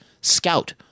Scout